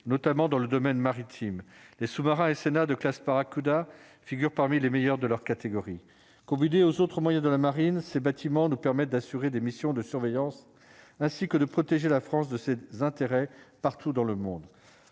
notamment dans le domaine maritime, les sous-marins SNA de classe Barracuda figurent parmi les meilleurs de leur catégorie. Combiné aux autres moyens de la marine, ces bâtiments nous permettent d'assurer des missions de surveillance ainsi que de protéger la France de ses intérêts partout dans le monde